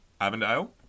Avondale